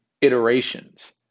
iterations